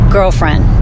Girlfriend